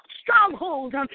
strongholds